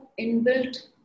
inbuilt